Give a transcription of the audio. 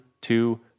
two